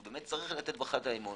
שהוא צריך לתת בך את האמון